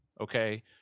okay